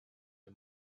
the